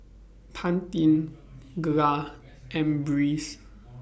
Pantene Gelare and Breeze